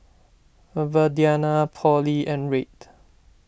Viridiana Polly and Reid